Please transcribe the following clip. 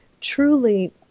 truly